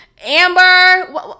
Amber